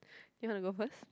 you want to go first